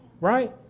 right